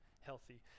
healthy